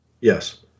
Yes